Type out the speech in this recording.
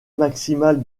maximale